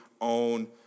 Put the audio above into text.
own